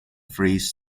phrase